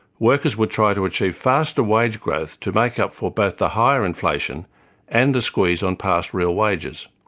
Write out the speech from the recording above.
workers would try to achieve faster wage growth to make up for both the higher inflation and the squeeze on past real wages.